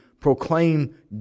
proclaim